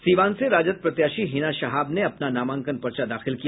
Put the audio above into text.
सीवान से राजद प्रत्याशी हिना शहाब ने अपना नामांकन पर्चा दाखिल किया